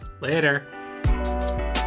later